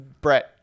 Brett